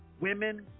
women